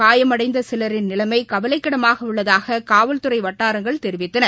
காயமடைந்த சிலரின் நிலைமை கவலைக்கிடமாக உள்ளதாக காவல்துறை வட்டாரங்கள் தெரிவித்தன